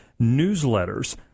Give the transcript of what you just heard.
newsletters